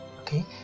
Okay